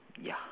ya